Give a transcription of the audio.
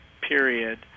period